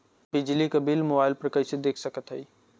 बिजली क bill mobile पर कईसे देख सकत हई?